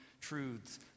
truths